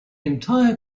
entire